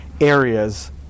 areas